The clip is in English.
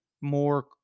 more